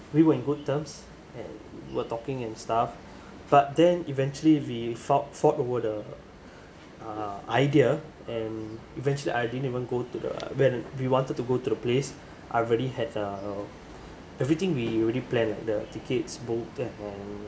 we were in good terms and we're talking and stuff but then eventually we fought fought over the uh idea and eventually I didn't even go to the when we wanted to go to the place I already had uh everything we already plan the tickets both and then